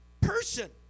person